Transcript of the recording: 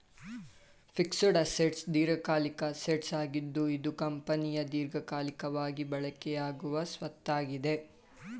fixed assets ದೀರ್ಘಕಾಲಿಕ assets ಆಗಿದ್ದು ಇದು ಕಂಪನಿಯ ದೀರ್ಘಕಾಲಿಕವಾಗಿ ಬಳಕೆಯಾಗುವ ಸ್ವತ್ತಾಗಿದೆ